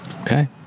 Okay